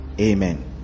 amen